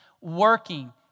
working